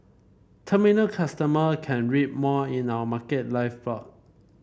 terminal customer can read more in our Market Live blog